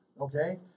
Okay